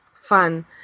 fun